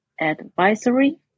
advisory